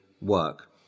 work